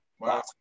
Wow